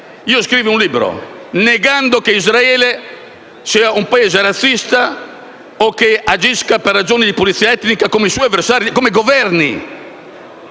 io scriva un libro negando che Israele sia un Paese razzista o che agisca per ragioni di pulizia etnica, come i suoi avversari e come i Governi